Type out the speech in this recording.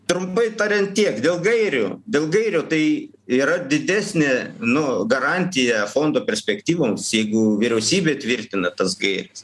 trumpai tariant tiek dėl gairių dėl gairių tai yra didesnė nu garantija fondo perspektyvoms jeigu vyriausybė tvirtina tas gaires